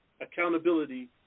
accountability